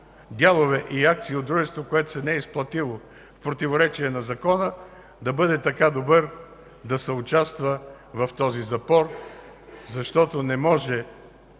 дялове и акции от дружество, което не се е изплатило в противоречие на закона, да бъде така добър да съучаства в този запор, защото не може